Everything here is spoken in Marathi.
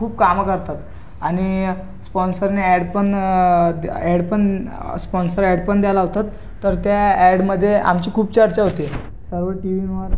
खूप कामं करतात आणि स्पॉन्सरने ॲड पण द ॲड पण स्पॉन्सर ॲड पण द्या लावतात तर त्या ॲडमध्येआमची खूप चर्चा होते सर्व टी वींवर